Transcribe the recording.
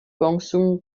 gongsun